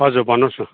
हजुर भन्नुहोस् न